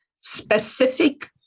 specific